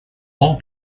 all